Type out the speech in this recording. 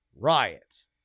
riots